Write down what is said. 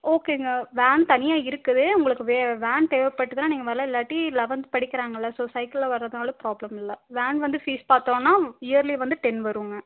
ஓகேங்க வேன் தனியாக இருக்குது உங்களுக்கு வேன் தேவைப்பட்டுதுன்னா நீங்கள் வரலாம் இல்லாட்டி லெவன்த் படிக்கிறாங்கள்ல ஸோ சைக்கிளில் வர்றதுனாலும் ப்ராப்ளம் இல்லை வேன் வந்து ஃபீஸ் பார்த்தோன்னா இயர்லி வந்து டென் வரும்ங்க